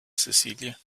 cecilia